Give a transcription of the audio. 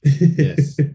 Yes